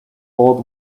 old